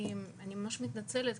אני ממש מתנצלת,